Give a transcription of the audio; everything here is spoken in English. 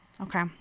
Okay